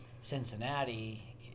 Cincinnati